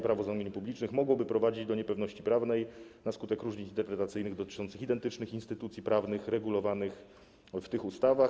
Prawo zamówień publicznych mogłoby prowadzić do niepewności prawnej na skutek różnic interpretacyjnych dotyczących identycznych instytucji prawnych regulowanych w tych ustawach.